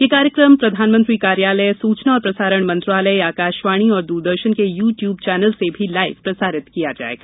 यह कार्यक्रम प्रधानमंत्री कार्यालय सुचना और प्रसारण मंत्रालय आकाशवाणी और दूरदर्शन के यू ट्यूब चैनल से भी लाइव प्रसारित किया जाएगा